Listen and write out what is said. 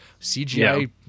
CGI